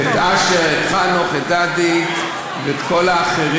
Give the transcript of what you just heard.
ואת אשר, את חנוך, את גדי ואת כל האחרים,